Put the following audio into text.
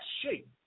shape